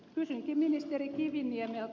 kysynkin ministeri kiviniemeltä